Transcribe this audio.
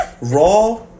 Raw